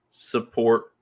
support